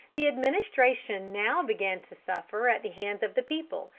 the administration now began to suffer at the hands of the people,